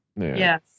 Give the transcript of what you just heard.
Yes